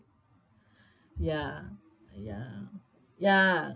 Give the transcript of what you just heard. ya ya ya